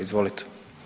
Izvolite.